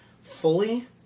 fully